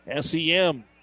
SEM